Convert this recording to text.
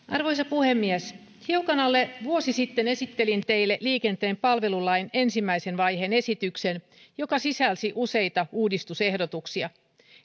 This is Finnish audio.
arvoisa puhemies hiukan alle vuosi sitten esittelin teille liikenteen palvelulain ensimmäisen vaiheen esityksen joka sisälsi useita uudistusehdotuksia